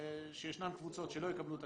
שישנן קבוצות שלא יקבלו תקציב,